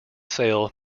sale